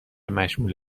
مشمول